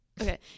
Okay